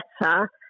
better